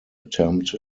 attempt